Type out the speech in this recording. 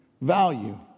value